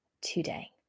today